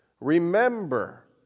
Remember